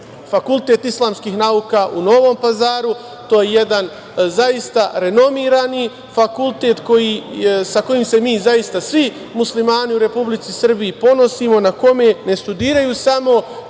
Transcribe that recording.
Fakultet islamskih nauka u Novom Pazaru. To je jedan zaista renomirani fakultet sa kojim se mi zaista svi muslimani u Republici Srbiji ponosimo, na kome ne studiraju samo